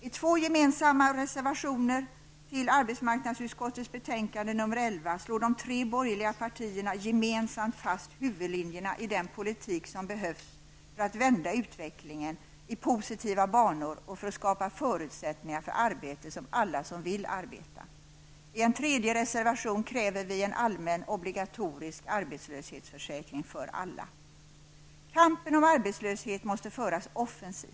I två gemensamma reservationer till arbetsmarknadsutskottets betänkande nr 11, slår de tre borgerliga partierna gemensamt fast huvudlinjerna i den politik som behövs för att vända utvecklingen i positiva banor och för att skapa förutsättningar för arbete åt alla som vill arbeta. I en tredje reservation kräver vi en allmän och obligatorisk arbetslöshetsförsäkring för alla. Kampen mot arbetslösheten måste föras offensivt.